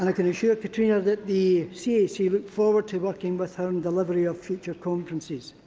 ah can assure katrina that the cac look forward to working with her in delivery of future conferences.